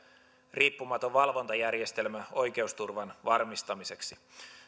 riippumaton valvontajärjestelmä oikeusturvan varmistamiseksi